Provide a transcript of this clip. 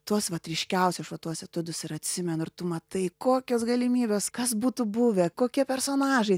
tuos vat ryškiausiai aš va tuos etiudus ir atsimenu ir tu matai kokios galimybės kas būtų buvę kokie personažai